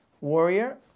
warrior